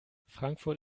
frankfurt